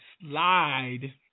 slide